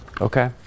Okay